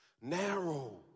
Narrow